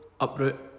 uproot